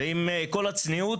ועם כל הצניעות,